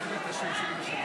ראש הממשלה,